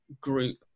Group